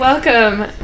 Welcome